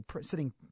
sitting